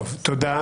תודה.